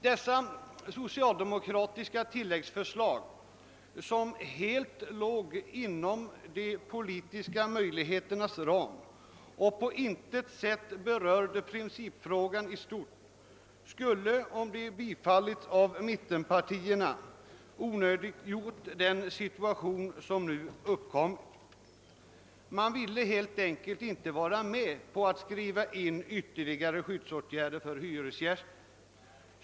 Dessa socialdemokratiska tilläggsförslag som helt låg inom de politiska möjligheternas ram och som på intet sätt berörde principfrågan i stort skulle, om de stötts av mittenpartierna, ha onödiggjort den situation som nu uppkommit. Men man ville helt enkelt inte vara med om att skriva in ytterligare skyddsåtgärder för hyresgästerna.